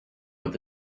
with